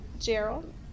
Gerald